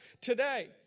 today